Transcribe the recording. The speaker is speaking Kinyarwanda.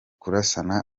kurasana